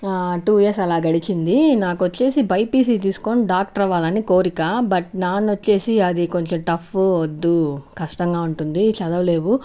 two years అలా గడిచింది నాకు వచ్చేసి బైపిసి తీసుకొని డాక్టర్ అవ్వాలని కోరిక బట్ నాన్న వచ్చేసి అది కొంచెం టఫ్ వద్దు కష్టంగా ఉంటుంది చదవలేవు